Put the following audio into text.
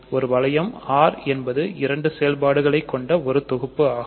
ஒரு வளையம் R என்பது இரண்டு செயல்பாடுகளை கொண்ட ஒரு தொகுப்பு ஆகும்